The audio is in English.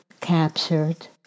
captured